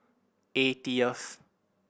eightieth